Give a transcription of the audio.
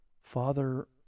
Father